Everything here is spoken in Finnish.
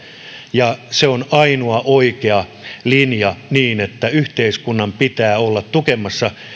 ja se on ainoa oikea linja yhteiskunnan pitää olla tukemassa